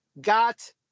got